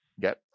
get